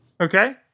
Okay